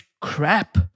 crap